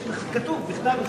זה כתוב בכתב,